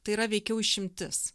tai yra veikiau išimtis